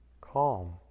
Calm